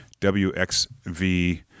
WXV